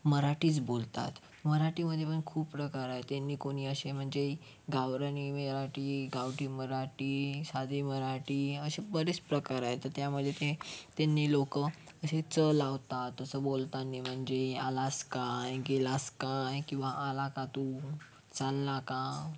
मराठीच बोलतात मराठीमध्ये पण खूप प्रकार आहेत ज्यांनी कोणी असे म्हणजे गावरानी मराठी गावठी मराठी साधी मराठी असे बरेच प्रकार आहेत तर त्यामध्ये ते त्यांनी लोक असे च लावतात असं बोलतानी म्हणजे आलास काय गेलास काय किंवा आला का तू चालला का